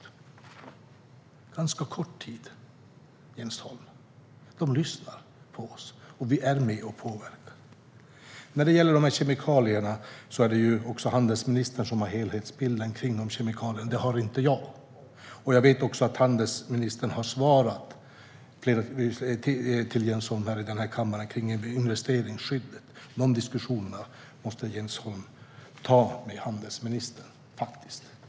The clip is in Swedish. Det har skett på ganska kort tid, Jens Holm. De lyssnar på oss, och vi är med och påverkar. När det gäller kemikalierna är det handelsministern som har helhetsbilden. Det har inte jag. Jag vet att handelsministern har svarat Jens Holm i den här kammaren när det gäller investeringsskyddet. De diskussionerna måste Jens Holm ta med handelsministern.